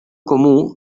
comú